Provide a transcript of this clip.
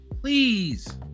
please